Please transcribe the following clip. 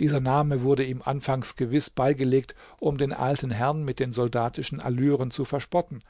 dieser name wurde ihm anfangs gewiß beigelegt um den alten herrn mit den soldatischen allüren zu verspotten